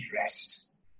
rest